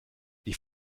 die